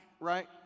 right